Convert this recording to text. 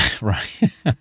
Right